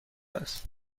است